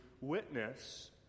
witness